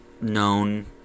known